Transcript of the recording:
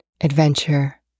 adventure